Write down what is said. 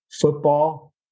football